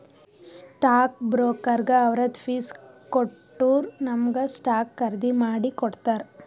stock ಬ್ರೋಕರ್ಗ ಅವ್ರದ್ fees ಕೊಟ್ಟೂರ್ ನಮುಗ ಸ್ಟಾಕ್ಸ್ ಖರ್ದಿ ಮಾಡಿ ಕೊಡ್ತಾರ್